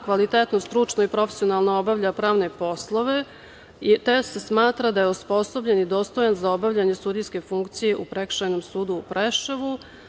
Kvalitetno, stručno i profesionalno obavlja pravne poslove, te se smatra da je osposobljen i dostojan za obavljanje sudijske funkcije u Prekršajnom sudu u Preševu.